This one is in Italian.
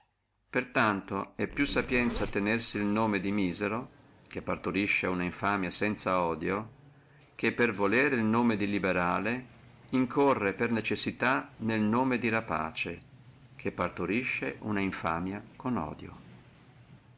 tanto è più sapienzia tenersi el nome del misero che partorisce una infamia sanza odio che per volere el nome del liberale essere necessitato incorrere nel nome di rapace che partorisce una infamia con odio